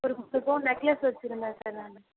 ஒரு முப்பது பவுன் நெக்லஸ் வச்சுருந்தேன் சார் நானு